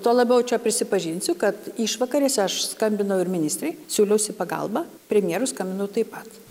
tuo labiau čia prisipažinsiu kad išvakarėse aš skambinau ir ministrei siūliausi pagalbą premjerui skambinau taip pat